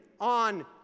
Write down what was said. on